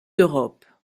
d’europe